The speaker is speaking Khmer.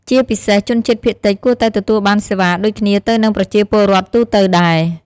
ជាពិសេសជនជាតិភាគតិចគួរតែទទួលបានសេវាដូចគ្នាទៅនឹងប្រជាពលរដ្ឋទូទៅដែរ។